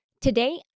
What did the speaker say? Today